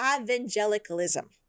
evangelicalism